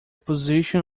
position